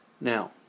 Now